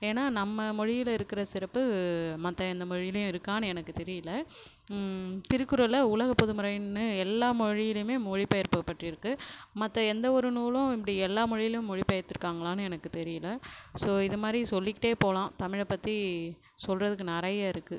ஏன்னால் நம்ம மொழியில் இருக்கிற சிறப்பு மற்ற எந்த மொழிலையும் இருக்கான்னு எனக்கு தெரியிலை திருக்குறளை உலக பொதுமுறைன்னு எல்லா மொழிலையுமே மொழிப்பெயர்ப்பபட்டிருக்கு மற்ற எந்தவொரு நூலும் இப்படி எல்லா மொழிலையும் மொழிப் பெயர்த்துருக்காங்களான்னு எனக்கு தெரியலை ஸோ இதுமாதிரி சொல்லிக்கிட்டே போகலாம் தமிழை பற்றி சொல்றதுக்கு நிறைய இருக்குது